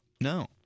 no